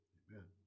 amen